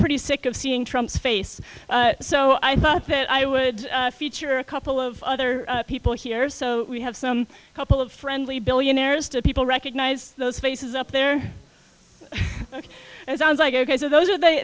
pretty sick of seeing trump's face so i thought i would feature a couple of other people here so we have some a couple of friendly billionaires to people recognize those faces up there sounds like ok so those are the